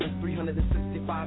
365